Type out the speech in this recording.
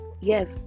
yes